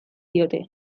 diote